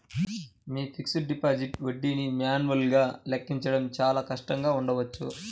మీ fixed deposit వడ్డీని మాన్యువల్గా లెక్కించడం చాలా కష్టంగా ఉండవచ్చు